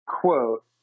quote